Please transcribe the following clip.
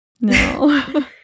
No